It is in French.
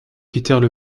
quittèrent